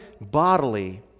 bodily